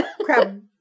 crab